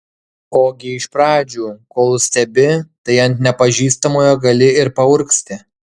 ogi iš pradžių kol stebi tai ant nepažįstamojo gali ir paurgzti